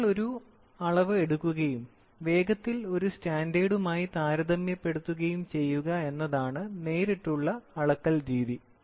നിങ്ങൾ ഒരു അളവ് എടുക്കുകയും വേഗത്തിൽ ഒരു സ്റ്റാൻഡേർഡുമായി താരതമ്യപ്പെടുത്തുകയും ചെയ്യുക എന്നതാണ് നേരിട്ടുള്ള അളക്കൽ രീതി